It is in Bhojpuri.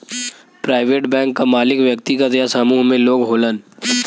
प्राइवेट बैंक क मालिक व्यक्तिगत या समूह में लोग होलन